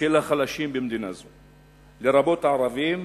של החלשים במדינה זו, לרבות הערבים.